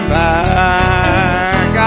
back